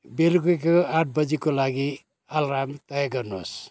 बेलुकीको आठ बजीको लागि अलार्म तय गर्नुहोस्